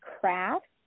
Craft